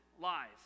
lies